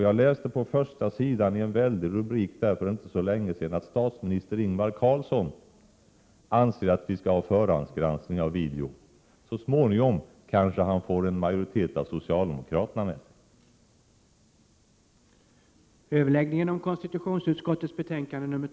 Jag läste på första sidan i en stor rubrik för inte så länge sedan att statsminister Ingvar Carlsson anser att vi skall ha förhandsgranskning av videofilmer. Så småningom kanske han får en majoritet av socialdemokraterna med sig.